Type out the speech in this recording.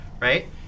right